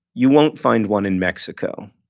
you won't find one in mexico.